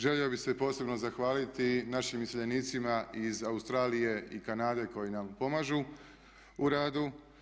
Želio bih se i posebno zahvaliti našim iseljenicima iz Australije i Kanade koji nam pomažu u radu.